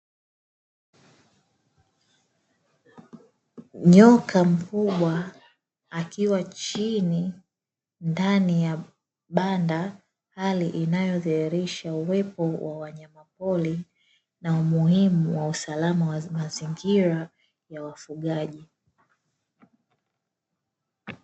Nyoka mkubwa akiwa chini ndani ya banda hali inayodhihilisha uwepo wa wanyama pori na umuhimu wa usalama wa mazingira ya wafugaji.